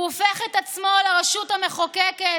הוא הופך את עצמו לרשות המחוקקת,